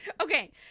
Okay